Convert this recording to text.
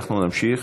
אנחנו נמשיך,